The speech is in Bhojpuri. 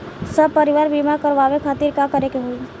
सपरिवार बीमा करवावे खातिर का करे के होई?